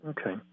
Okay